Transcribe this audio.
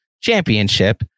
championship